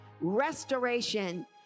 restoration